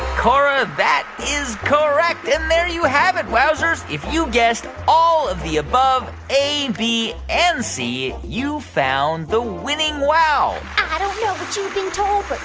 cora, that is correct. and there you have it, wowzers. if you guessed all of the above a, b and c you found the winning wow i don't know what you've being told, but